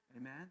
Amen